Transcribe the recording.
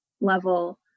level